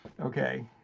Okay